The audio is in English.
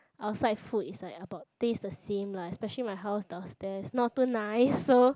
outside food is like about taste the same lah especially my house downstairs not too nice so